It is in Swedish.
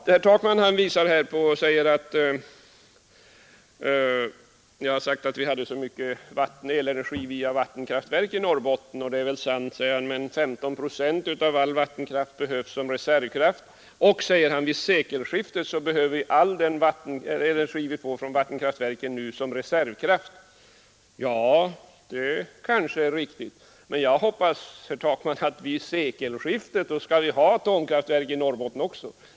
Herr Takman påpekar att jag sagt att vi har så mycket elenergi via vattenkraftverk i Norrbotten, och det är väl sant, säger han, men 15 procent av all vattenkraft behövs som reservkraft. Och, säger herr Takman, vid sekelskiftet behöver vi all den energi vi får från vattenkraftverk nu som reservkraft. Ja, det kanske är riktigt. Men jag hoppas, herr Takman, att vid sekelskiftet skall vi ha atomkraftverk i Norrbotten också.